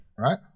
Right